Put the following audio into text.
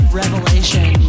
revelation